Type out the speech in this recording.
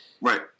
Right